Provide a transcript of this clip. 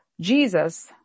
Jesus